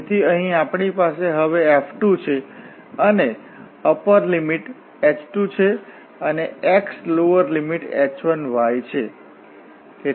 તેથી અહીં આપણી પાસે હવે F2 છે અને અપર લિમિટ h2 છે અને x લોવર લિમિટ h1 છે